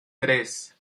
tres